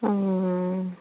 অঁ